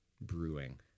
brewing